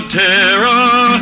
terror